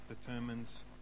determines